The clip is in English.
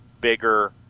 bigger